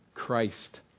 Christ